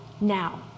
now